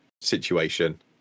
situation